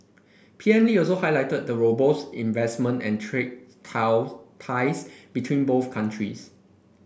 P M Lee also highlighted the robust investment and trade ties between both countries